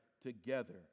together